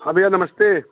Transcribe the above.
हाँ भइया नमस्ते